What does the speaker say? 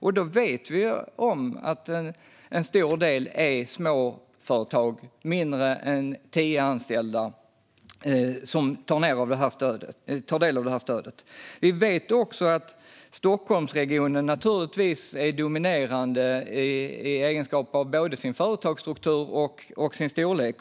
Vi vet att en stor del av dem som tar del av stödet är små företag med mindre än tio anställda. Vi vet också att Stockholmsregionen är dominerande i egenskap av både sin företagsstruktur och sin storlek.